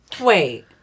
wait